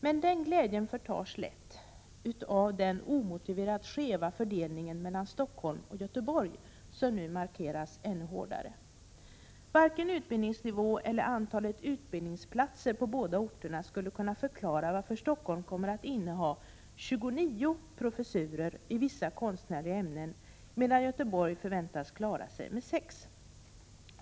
Men den glädjen förtas lätt av den omotiverat skeva fördelningen mellan Stockholm och Göteborg, som nu markeras ännu hårdare. Varken utbildningsnivå eller antalet utbildningsplatser på de båda orterna skulle kunna förklara varför Stockholm kommer att inneha 29 professurer i vissa konstnärliga ämnen, medan Göteborg förväntas klara sig med 6.